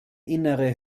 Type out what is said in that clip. innere